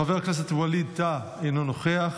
חבר הכנסת ווליד טאהא, אינו נוכח,